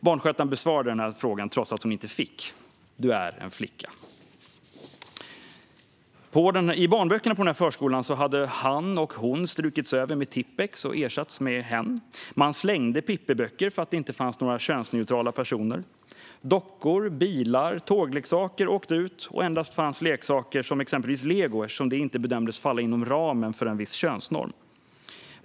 Barnskötaren besvarade frågan, trots att hon inte fick, och sa: Du är en flicka. I barnböckerna på förskolan hade "han" och "hon" strukits över med Tippex och ersatts med "hen". Man slängde Pippiböcker för att det inte fanns några könsneutrala personer i dem. Dockor, bilar och tågleksaker åkte ut. Där fanns endast leksaker som till exempel lego eftersom dessa inte ansågs falla inom ramen för en viss könsnorm.